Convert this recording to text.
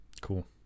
cool